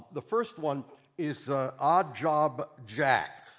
the first one is odd job jack,